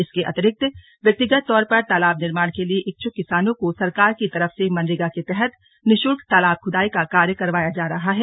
इसके अतिरिक्त व्यक्तिगत तौर पर तालाब निर्माण के लिए इच्छुक किसानों को सरकार की तरफ से मनरेगा के तहत निशुल्क तालाब खुदाई का कार्य करवाया जा रहा है